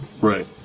Right